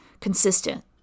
consistent